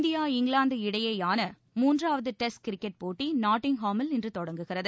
India England இடையேயான மூன்றாவது test cricket போட்டி நாட்டிங்ஹாமில் இன்று தொடங்குகிறது